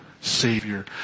Savior